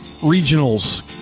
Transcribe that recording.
regionals